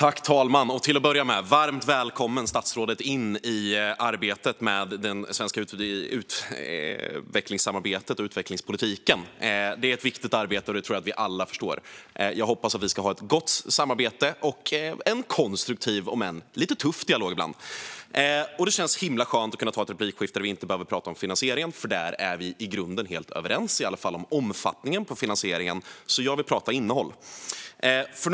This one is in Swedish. Fru talman! Varmt välkommen, statsrådet, in i arbetet med Sveriges utvecklingssamarbete och utvecklingspolitik! Det är ett viktigt arbete, vilket jag tror att vi alla förstår. Jag hoppas att vi kommer att ha ett gott samarbete och en konstruktiv om än ibland lite tuff dialog. Det känns himla skönt att ha ett replikskifte där vi inte behöver prata om finansieringen; där är vi i grunden helt överens, i alla fall om omfattningen. Jag vill prata om innehållet.